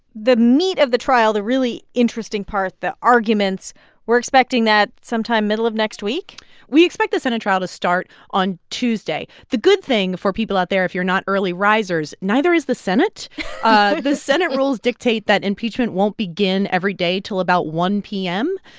the meat of the trial, the really interesting part, the arguments we're expecting that sometime middle of next week we expect the senate trial to start on tuesday. the good thing for people out there, if you're not early risers, neither is the senate ah the senate rules dictate that impeachment won't begin every day till about one p m,